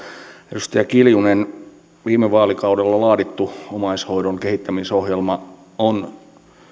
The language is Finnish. edustaja kiljunen viime vaalikaudella laadittu omaishoidon kehittämisohjelma on